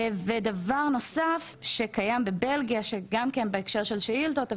דבר נוסף שקיים בבלגיה בהקשר של שאילתות,